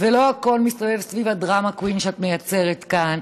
ולא הכול מסתובב סביב הדרמה שאת מייצרת כאן.